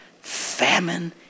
famine